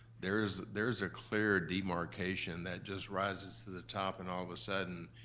there's there's a clear demarcation that just rises to the top and all of a sudden,